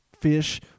fish